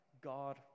God